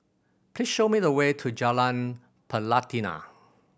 please show me the way to Jalan Pelatina